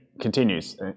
continues